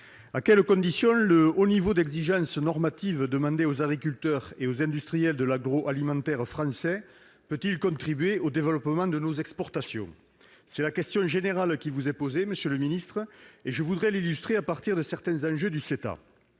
À quelles conditions le haut niveau d'exigences normatives demandé aux agriculteurs et aux industriels de l'agroalimentaire français peut-il contribuer au développement de nos exportations ? C'est la question générale qui vous est posée, monsieur le ministre, et je voudrais l'illustrer à partir de certains enjeux du CETA.